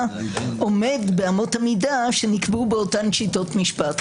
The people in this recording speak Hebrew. עומד באמות המידה שנקבעו באותן שיטות משפט.